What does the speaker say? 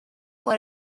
for